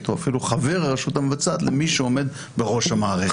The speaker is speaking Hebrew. או אפילו חבר ברשות המבצעת למי שעומד בראש המערכת.